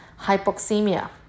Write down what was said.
hypoxemia